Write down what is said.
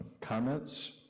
comments